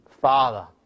father